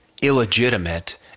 illegitimate